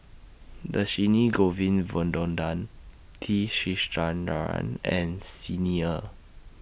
Dhershini Govin Winodan T Sasitharan and Xi Ni Er